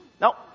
No